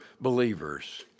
believers